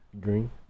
Green